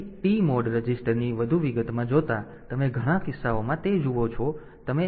તેથી TMOD રજિસ્ટરની વધુ વિગતમાં જોતાં હવે તમે ઘણા કિસ્સાઓમાં તે જુઓ છો